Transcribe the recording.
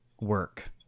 Work